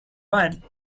man